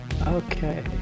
Okay